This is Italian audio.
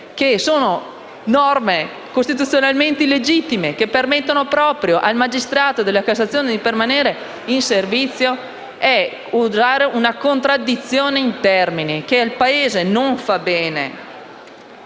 che sono norme costituzionalmente illegittime che permettono al magistrato di Cassazione di permanere in servizio, creiamo una contraddizione in termini che al Paese non fa bene.